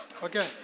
Okay